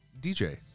DJ